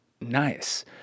nice